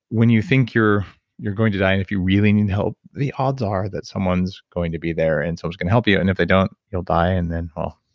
when you think you're you're going to die and if you really need help, the odds are that someone's going to be there and someone's going to help you, and if they don't, you'll die, and then, well,